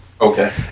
Okay